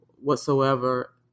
whatsoever